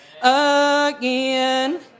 again